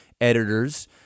editors